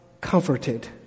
comforted